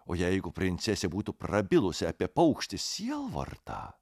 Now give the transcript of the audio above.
o jeigu princesė būtų prabilusi apie paukštį sielvartą